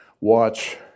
watch